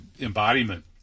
embodiment